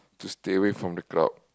to away from the crowd